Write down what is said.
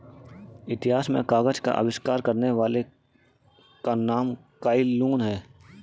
इतिहास में कागज का आविष्कार करने वाले का नाम काई लुन है